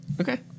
Okay